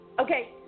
Okay